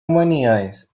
humanidades